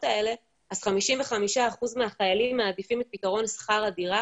האלה אז 55% מהחיילים מעדיפים את פתרון שכר הדירה